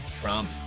trump